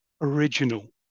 original